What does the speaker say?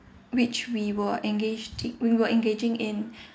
which we were engaged we were engaging in